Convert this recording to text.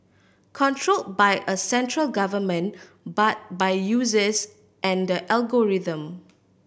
control by a central government but by users and algorithm